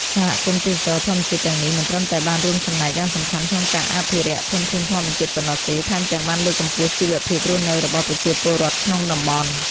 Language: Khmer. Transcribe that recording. សហគមន៍ទេសចរណ៍ធម្មជាតិទាំងនេះមិនត្រឹមតែបានរួមចំណែកយ៉ាងសំខាន់ក្នុងការអភិរក្សធនធានធម្មជាតិប៉ុណ្ណោះទេ ថែមទាំងបានលើកកម្ពស់ជីវភាពរស់នៅរបស់ប្រជាពលរដ្ឋក្នុងតំបន់។